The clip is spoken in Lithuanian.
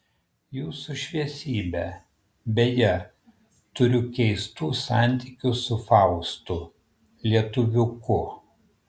jūsų šviesybe beje turiu keistų santykių su faustu lietuviuku